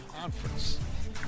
Conference